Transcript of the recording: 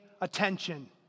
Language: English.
attention